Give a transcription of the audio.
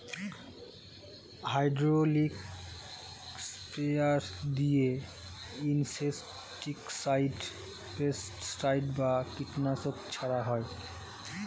hydraulic sprayer দিয়ে insecticide, pesticide বা কীটনাশক ছড়ান হয়